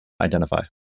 identify